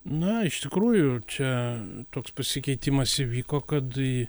na iš tikrųjų ir čia toks pasikeitimas įvyko kad į